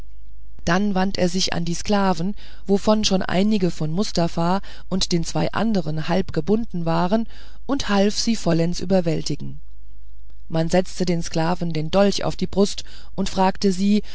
dann wandte er sich an die sklaven wovon schon einige von mustafa und den zwei andern halb gebunden waren und half sie vollends überwältigen man setzte den sklaven den dolch auf die brust und fragte sie